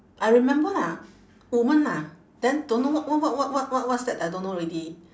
I remember lah women lah then don't know what what what what what what's that I don't know already